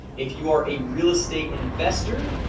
if you are a real estate investor,